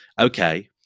okay